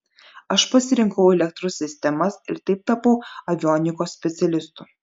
aš pasirinkau elektros sistemas ir taip tapau avionikos specialistu